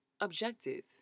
objective